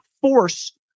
force